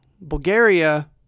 Bulgaria